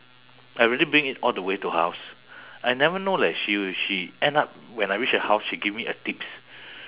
I really bring it all the way to her house I never know that she will she end up when I reach her house she give me a tips